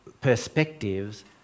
perspectives